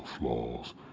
flaws